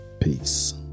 Peace